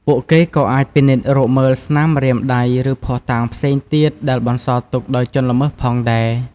ពួកគេក៏អាចពិនិត្យរកមើលស្នាមម្រាមដៃ ឬភស្តុតាងផ្សេងទៀតដែលបន្សល់ទុកដោយជនល្មើសផងដែរ។